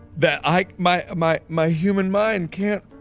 that i my my my human mind can't.